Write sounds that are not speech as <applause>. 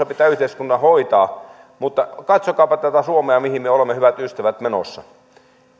<unintelligible> pitää yhteiskunnan hoitaa mutta katsokaapa tätä suomea mihin me olemme hyvät ystävät menossa